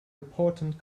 important